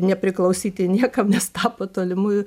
nepriklausyti niekam nes tapo tolimųjų